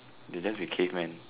they just be caveman